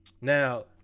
Now